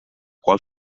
qual